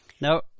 Now